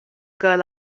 girl